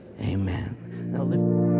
amen